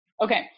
Okay